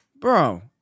bro